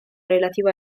relativo